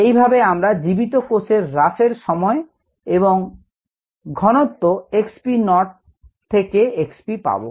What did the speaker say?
এই ভাবে আমরা জীবিত কোষ এর হ্রাস এর সময় এবং ঘনত্ব x v naught থেকে x v পাব